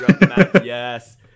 yes